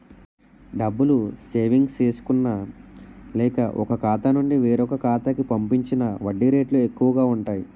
డబ్బులు సేవింగ్స్ చేసుకున్న లేక, ఒక ఖాతా నుండి వేరొక ఖాతా కి పంపించిన వడ్డీ రేట్లు ఎక్కువు గా ఉంటాయి